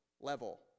level